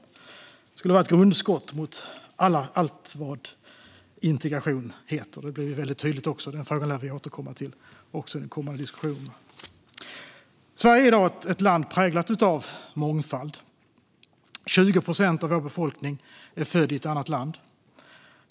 Det skulle vara ett grundskott mot allt vad integration heter om det gick igenom. Det blir väldigt tydligt, och vi lär återkomma till detta i de kommande diskussionerna. Sverige är i dag ett land präglat av mångfald. 20 procent av vår befolkning är född i ett annat land.